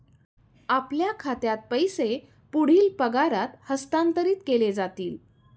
आपल्या खात्यात पैसे पुढील पगारात हस्तांतरित केले जातील